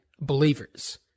believers